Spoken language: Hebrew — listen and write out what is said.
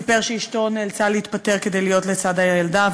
סיפר שאשתו נאלצה להתפטר כדי להיות לצד הילדה.